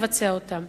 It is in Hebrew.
לבצע אותן.